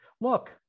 Look